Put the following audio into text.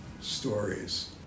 stories